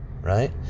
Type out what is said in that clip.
right